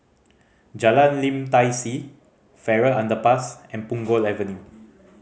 Jalan Lim Tai See Farrer Underpass and Punggol Avenue